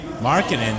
marketing